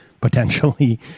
potentially